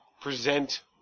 present